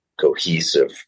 cohesive